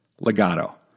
Legato